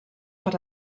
per